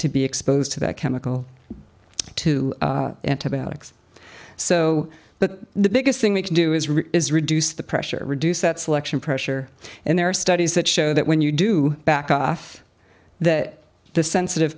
to be exposed to that chemical to antibiotics so that the biggest thing we can do is really is reduce the pressure reduce that selection pressure and there are studies that show that when you do back off that the sensitive